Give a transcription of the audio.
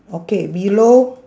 okay below